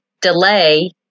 delay